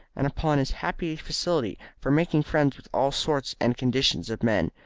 and upon his happy facility for making friends with all sorts and conditions of men.